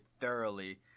thoroughly